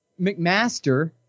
McMaster